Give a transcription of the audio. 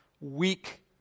weak